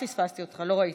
פספסתי אותך, לא ראיתי.